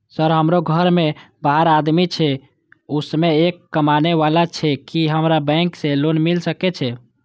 Sir हमरो घर में बारह आदमी छे उसमें एक कमाने वाला छे की हमरा बैंक से लोन मिल सके छे?